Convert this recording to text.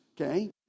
okay